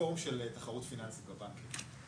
בפורום של תחרות פיננסית בבנקים.